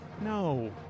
No